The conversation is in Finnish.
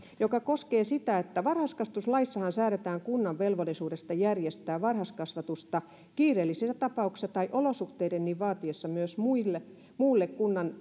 joka koskee sitä että varhaiskasvatuslaissahan säädetään kunnan velvollisuudesta järjestää varhaiskasvatusta kiireellisissä tapauksissa tai olosuhteiden niin vaatiessa myös muille muille